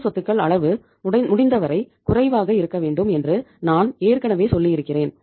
நடப்பு சொத்துக்கள் அளவு முடிந்தவரை குறைவாக இருக்க வேண்டும் என்று நான் ஏற்கனவே சொல்லியிருக்கிறேன்